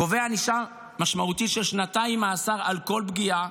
קובע ענישה משמעותית של שנתיים מאסר על כל פגיעה,